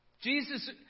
Jesus